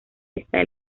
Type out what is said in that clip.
está